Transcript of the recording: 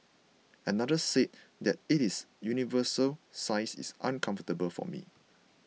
another said that it is universal size is uncomfortable for me